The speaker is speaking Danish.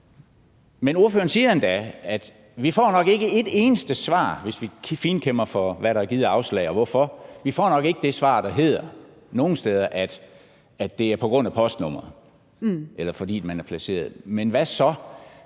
Men ordføreren siger endda, at vi nok ikke får et eneste svar – hvis vi finkæmmer det og ser, hvad der er givet af afslag og hvorfor – der hedder, at det er på grund af postnummeret eller ens placering. Men hvad så?